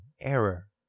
error